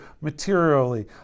materially